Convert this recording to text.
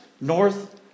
north